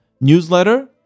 newsletter